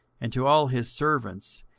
and to all his servants,